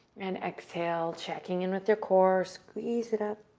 and exhale, checking in with your core. squeeze it up.